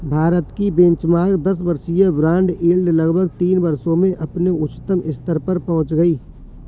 भारत की बेंचमार्क दस वर्षीय बॉन्ड यील्ड लगभग तीन वर्षों में अपने उच्चतम स्तर पर पहुंच गई